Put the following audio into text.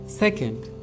Second